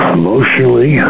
emotionally